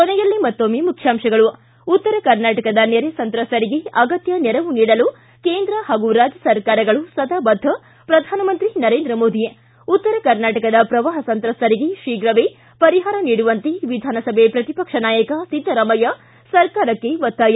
ಕೊನೆಯಲ್ಲಿ ಮತ್ತೊಮ್ಮೆ ಮುಖ್ಯಾಂಶಗಳು ಿ ಉತ್ತರ ಕರ್ನಾಟಕದ ನೆರೆ ಸಂತ್ರಸ್ತರಿಗೆ ಅಗತ್ತ ನೆರವು ನೀಡಲು ಕೇಂದ್ರ ಹಾಗೂ ರಾಜ್ಯ ಸರ್ಕಾರಗಳು ಸದಾ ಬದ್ದ ಪ್ರಧಾನಮಂತ್ರಿ ನರೇಂದ್ರ ಮೋದಿ ಿ ಉತ್ತರ ಕರ್ನಾಟಕದ ಪ್ರವಾಹ ಸಂತ್ರಸ್ತರಿಗೆ ಶೀಘವೇ ಪರಿಪಾರ ನೀಡುವಂತೆ ವಿಧಾನಸಭೆ ಪ್ರತಿಪಕ್ಷ ನಾಯಕ ಸಿದ್ದರಾಮಯ್ಯ ಸರ್ಕಾರಕ್ಕೆ ಒತ್ತಾಯ